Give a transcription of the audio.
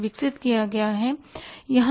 इन्हें विकसित किया गया है